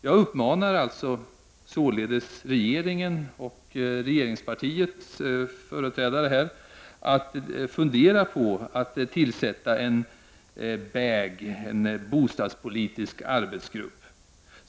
Jag uppmanar således regeringspartiets företrädare och regeringen att fundera över förslaget att tillsätta BAG — en bostadspolitisk arbetsgrupp.